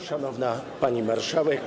Szanowna Pani Marszałek!